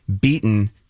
beaten